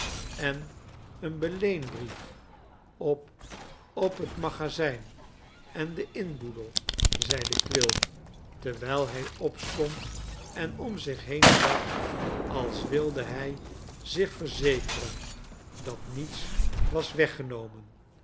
en een beleenbrief op op het magazijn en den inboedel zeide quilp terwijl hij opstond en om zich been zag als wilde hij zich verzekeren dat niets was weggenomen